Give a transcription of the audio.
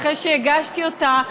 אחרי שהגשתי אותה,